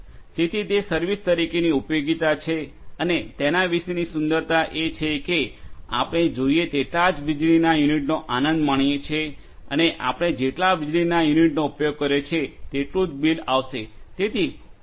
તેથી તે સર્વિસ તરીકેની ઉપયોગિતા છે અને તેના વિશેની સુંદરતા એ છે કે આપણે જોઈએ તેટલા જ વીજળીના યુનિટનો આનંદ માણીએ છીએ અને આપણે જેટલા વીજળીના યુનિટનો ઉપયોગ કર્યો છે તેટલું જ બિલ આવશે